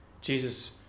Jesus